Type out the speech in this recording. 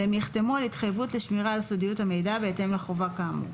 והם יחתמו על התחייבות לשמירה על סודיות המידע בהתאם לחובה כאמור.